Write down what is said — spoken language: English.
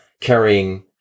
carrying